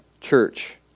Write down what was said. church